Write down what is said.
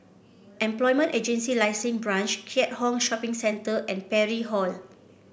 Employment Agency Licensing Branch Keat Hong Shopping Centre and Parry Hall